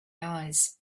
eyes